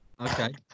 okay